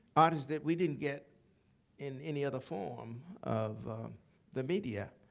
artists that we didn't get in any other form of the media.